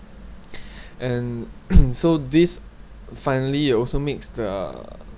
and so this finally also makes the